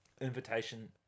invitation